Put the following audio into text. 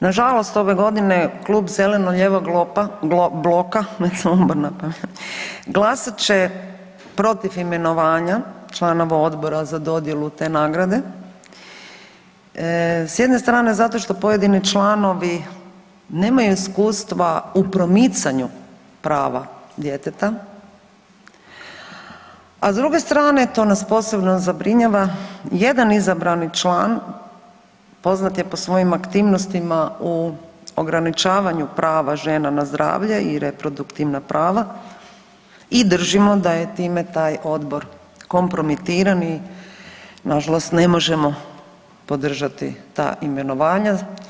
Na žalost ove godine Klub zeleno-lijevog bloka, već sam umorna pa, glasat će protiv imenovanja članova Odbora za dodjelu te nagrade s jedne strane zato što pojedini članovi nemaju iskustva u promicanju prava djeteta, a s druge strane to nas posebno zabrinjava jedan izabrani član poznat je po svojim aktivnostima u ograničavanju prava žena na zdravlje i reproduktivna prava i držimo da je time taj Odbor kompromitiran i na žalost ne možemo podržati ta imenovanja.